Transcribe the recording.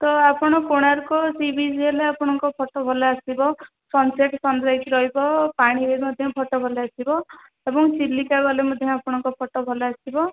ତ ଆପଣ Konark sea beach ହେଲେ ଆପଣଙ୍କ ଫୋଟ ଭଲ ଆସିବ ସନ୍ ସେଟ୍ ସନ୍ ରାଇଜ୍ ରହିବ ପାଣିରେ ମଧ୍ୟ ଫୋଟ ଭଲ ଆସିବ ଏବଂ ଚିଲିକା ଗଲେ ମଧ୍ୟ ଆପଣଙ୍କ ଫୋଟ ଭଲ ଆସିବ